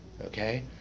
okay